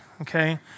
okay